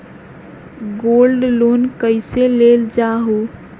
Gold loan कईसे लेल जाहु?